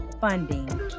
funding